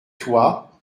toi